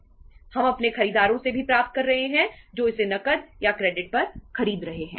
हम अपने खरीदारों से भी प्राप्त कर रहे हैं जो इसे नकद या क्रेडिट पर खरीद रहे हैं